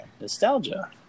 Nostalgia